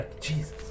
Jesus